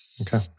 Okay